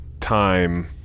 time